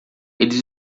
eles